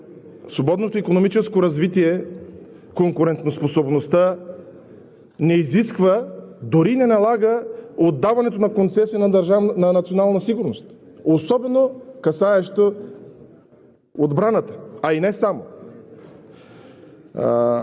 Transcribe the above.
свободното икономическо развитие, конкурентоспособността не изисква, дори не налага отдаването на концесия на национална сигурност, особено касаеща отбраната, а и не само.